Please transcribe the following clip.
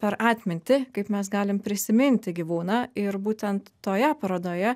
per atmintį kaip mes galim prisiminti gyvūną ir būtent toje parodoje